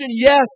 Yes